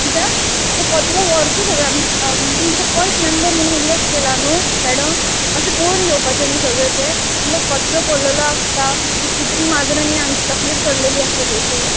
किद्या तें कचरो व्हरचो सगळें आमचें तुका पंच मँबर म्हणून इलेक्ट केला न्हू मॅडम मातशें पोवन घेवपाचें न्हू सगळें तें इतलो कचरो पडलेलो आसता की कुत्री माजरांनी आमची तकलीर चडलेली आसता थंयसर